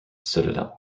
citadel